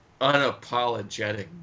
unapologetic